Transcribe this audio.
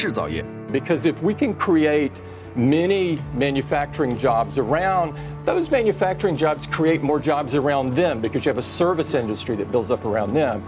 me because if we can create many manufacturing jobs around those manufacturing jobs create more jobs around them because you have a service industry that builds up around